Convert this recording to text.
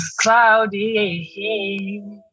cloudy